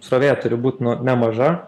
srovė turi būt nu nemaža